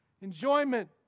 Enjoyment